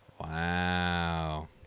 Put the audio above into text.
Wow